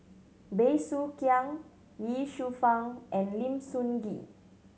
Bey Soo Khiang Ye Shufang and Lim Sun Gee